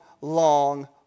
long